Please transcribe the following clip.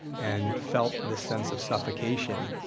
and felt this sense of suffocation,